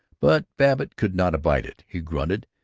but babbitt could not abide it. he grunted.